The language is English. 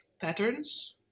patterns